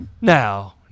Now